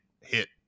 hit